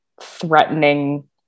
threatening